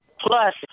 plus